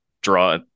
draw